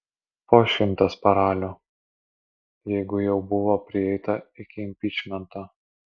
po šimtas paralių jeigu jau buvo prieita iki impičmento